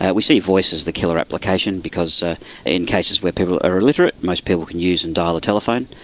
ah we see voice as the killer application because ah in cases where people are illiterate most people can use and dial a telephone,